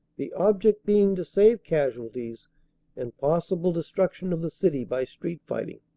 the object being to save casualties and possible destruction of the city by street fighting.